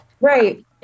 Right